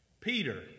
peter